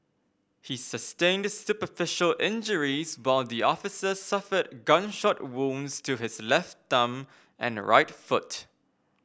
he sustained superficial injuries while the officer suffered gunshot wounds to his left thumb and right foot